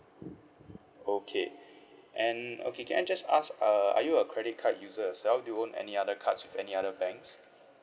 okay and okay can I just ask uh are you a credit card user yourself do you own any other cards with any other banks